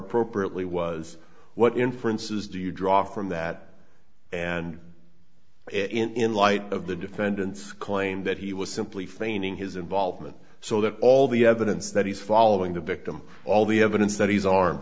appropriately was what inferences do you draw from that and in light of the defendant's claim that he was simply feigning his involvement so that all the evidence that he's following the victim all the evidence that he's armed